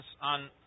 on